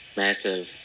massive